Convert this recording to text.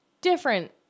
different